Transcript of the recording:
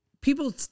people